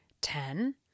Ten